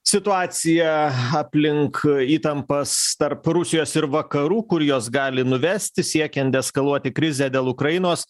situaciją aplink įtampas tarp rusijos ir vakarų kur jos gali nuvesti siekiant deeskaluoti krizę dėl ukrainos